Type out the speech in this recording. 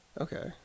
Okay